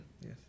yes